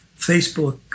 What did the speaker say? Facebook